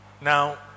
Now